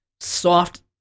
soft